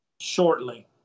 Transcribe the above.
shortly